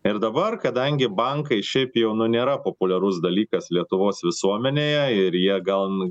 ir dabar kadangi bankai šiaip jau nėra populiarus dalykas lietuvos visuomenėje ir jie gal